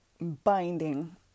binding